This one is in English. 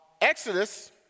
Exodus